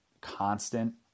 constant